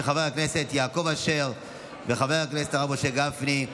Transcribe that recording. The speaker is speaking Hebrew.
של חבר הכנסת יעקב אשר וחבר הכנסת הרב משה גפני.